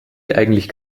eigentlich